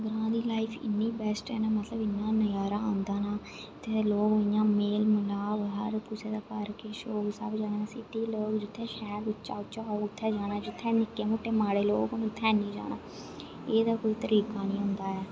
ग्रां दी लाइफ इनी बैस्ट है ना मतलब इन्ना नजारा औंदा इत्थूं दे लोक इन्ना मेल मलाप हर कुसै दे घर किश होग सब जाङन सिटी दे लोक जित्थै शैल उच्चा उच्चा होग उत्थै गै जाना जित्थै निक्के मुट्टे माड़े लोक होन उत्थै है नी जाना एह् ते कोई तरीका नेईं होंदा ऐ